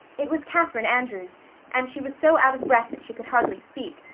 it was catherine andrews and she was so out of breath that she could hardly speak,